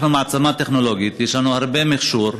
אנחנו מעצמה טכנולוגית, יש לנו הרבה מכשור.